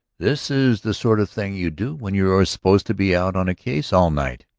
this is the sort of thing you do when you are supposed to be out on a case all night!